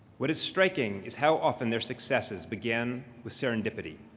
what is striking is how often their successes began with serendipity.